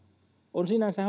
on sinänsä